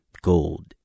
gold